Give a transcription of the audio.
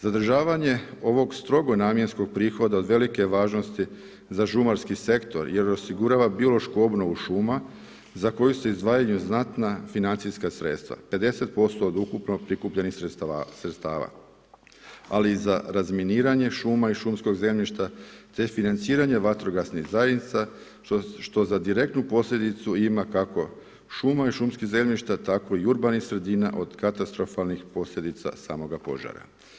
Zadržavanja ovog strogo namjenskog prihoda od velike važnost za šumarski sektor jer osigurava biološku obnovu šuma za koju se izdvajaju znatna financijska sredstva, 50% od ukupno prikupljenih sredstava, ali i za razminiranje šuma i šumskog zemljišta te financiranje vatrogasnih zajednica što za direktnu posljedicu ima šuma i šumskih zemljišta tako i urbanih sredina od katastrofalnih posljedica samoga požara.